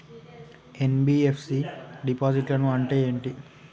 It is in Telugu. ఎన్.బి.ఎఫ్.సి డిపాజిట్లను అంటే ఏంటి?